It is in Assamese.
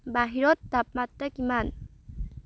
বাহিৰত তাপমাত্ৰা কিমান